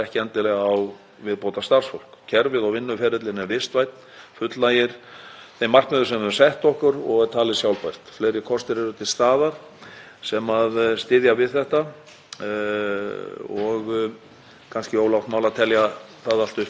sem styðja við þetta og kannski of langt mál að telja það allt upp hér.